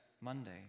Monday